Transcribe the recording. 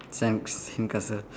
sand sand~ sandcastle